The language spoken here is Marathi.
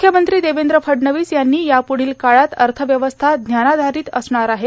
मुख्यमंत्री देवद्र फडणवीस यांनी यापुढांल काळात अथव्यवस्था ज्ञानाधारत असणार आहे